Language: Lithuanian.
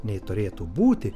nei turėtų būti